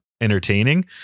entertaining